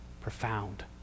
profound